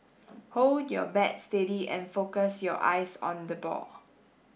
hold your bat steady and focus your eyes on the ball